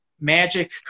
Magic